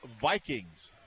vikings